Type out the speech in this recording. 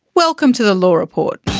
welcome to the law report.